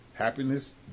Happiness